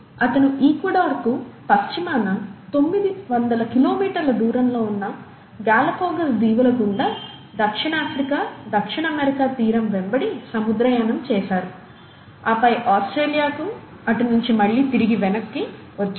అతను ఈక్వెడార్కు పశ్చిమాన తొమ్మిది వందల కిలోమీటర్ల దూరంలో ఉన్న గాలాపాగోస్ దీవుల గుండా దక్షిణాఫ్రికా దక్షిణ అమెరికా తీరం వెంబడి సముద్రయానం చేసారు ఆపై ఆస్ట్రేలియాకు అటునించి మళ్లీ తిరిగి వెనక్కి వచ్చారు